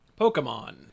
Pokemon